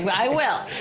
i will.